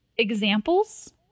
examples